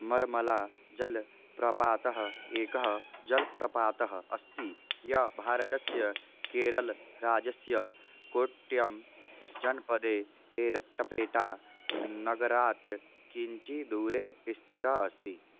मर्मला जलप्रपातः एकः जलप्रपातः अस्ति यः भारतस्य केरल राज्यस्य कोट्टयम् जनपदे एरट्टपेट्टा नगरात् किञ्चिद्दूरे स्थितः अस्ति